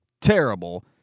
terrible